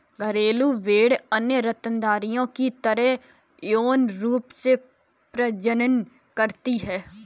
घरेलू भेड़ें अन्य स्तनधारियों की तरह यौन रूप से प्रजनन करती हैं